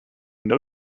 know